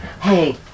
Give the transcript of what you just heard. Hey